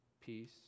Peace